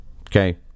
Okay